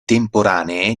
temporanee